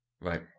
Right